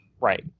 Right